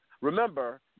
Remember